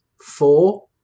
Four